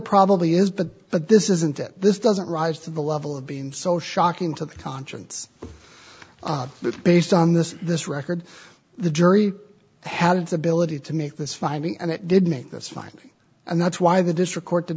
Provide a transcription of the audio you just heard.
probably is but but this isn't it this doesn't rise to the level of being so shocking to the conscience but based on this this record the jury had its ability to make this finding and it did make this finding and that's why the district court did